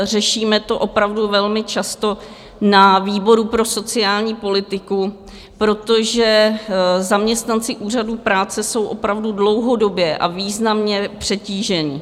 Řešíme to opravdu velmi často na výboru pro sociální politiku, protože zaměstnanci Úřadu práce jsou opravdu dlouhodobě a významně přetížení.